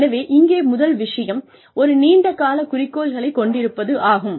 எனவே இங்கே முதல் விஷயம் ஒரு நீண்ட கால குறிக்கோளைக் கொண்டிருப்பது ஆகும்